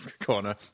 corner